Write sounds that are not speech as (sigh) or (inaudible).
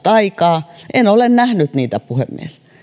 (unintelligible) aikaa en ole nähnyt niitä puhemies